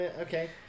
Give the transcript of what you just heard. okay